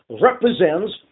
represents